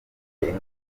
ingufu